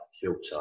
filter